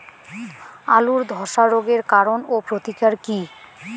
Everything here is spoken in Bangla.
আলুর ধসা রোগের কারণ ও প্রতিকার কি?